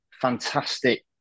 fantastic